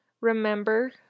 Remember